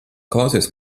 klausies